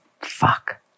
fuck